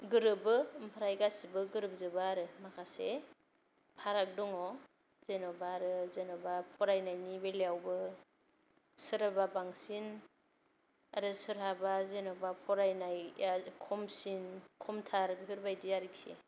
गोरोबो ओमफ्राय गासिबो गोरोब जोबा आरो माखासे फाराग दङ जेन'बा आरो जेन'बा फरायनायनि बेलायावबो सोरबा बांसिन आरो सोरहाबा जेन'बा फरायनाया खमसिन खमथार बेफोरबायदि आरोखि